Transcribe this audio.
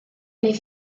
les